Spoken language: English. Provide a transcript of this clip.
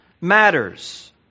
matters